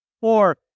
four